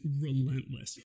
relentless